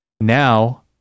Now